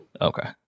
Okay